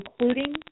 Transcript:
including